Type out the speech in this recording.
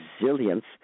resilience